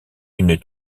une